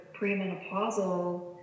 premenopausal